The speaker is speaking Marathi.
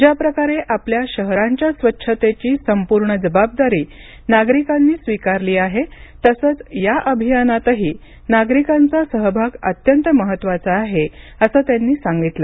ज्याप्रकारे आपल्या शहरांच्या स्वच्छतेची संपूर्ण जबाबदारी नागरिकांनी स्वीकारली आहे तसंच या अभियानातही नागरिकांचा सहभाग अत्यंत महत्त्वाचा आहे असं त्यांनी सांगितलं